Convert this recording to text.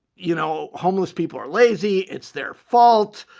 you know, homeless people are lazy, it's their fault.